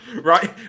Right